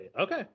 Okay